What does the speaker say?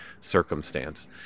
circumstance